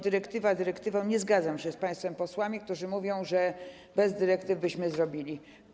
Dyrektywa dyrektywą, nie zgadzam się z państwem posłami, którzy mówią, że bez dyrektyw byśmy to zrobili.